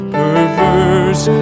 perverse